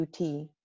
UT